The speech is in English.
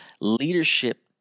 leadership